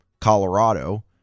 Colorado